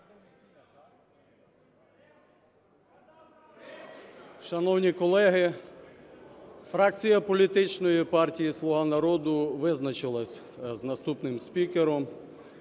Шановні колеги, фракція політичної партії "Слуга народу" визначилась з наступним спікером